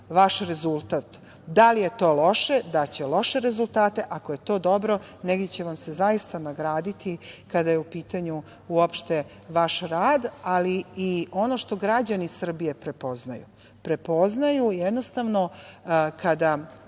vaš rezultat, da li je to loše, daće loše rezultate, ako je to dobro negde će vam se zaista nagraditi kada je u pitanju vaš rad. Ono što građani Srbije prepoznaju, prepoznaju jednostavno kada